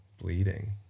bleeding